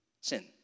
Sin